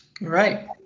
Right